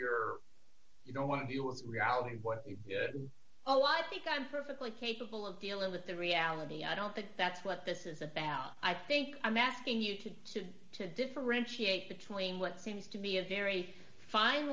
you're you don't want to deal with reality what if a lot i think i'm perfectly capable of dealing with the reality i don't think that's what this is a battle i think i'm asking you could to to differentiate between what seems to be a very fine